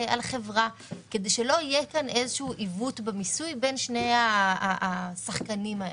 חברה כדי שלא יהיה כאן איזשהו עיוות במיסוי בין שני השחקנים האלה.